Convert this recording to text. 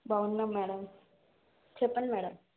బాగున్నాం మేడం చెప్పండి మేడం